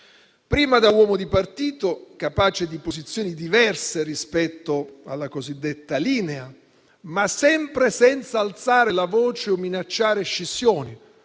Prima da uomo di partito, capace di posizioni diverse rispetto alla cosiddetta linea, ma sempre senza alzare la voce o minacciare scissioni,